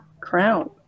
crown